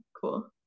cool